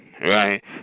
Right